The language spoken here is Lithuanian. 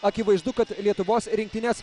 akivaizdu kad lietuvos rinktinės